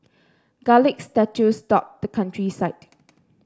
garlic statues dot the countryside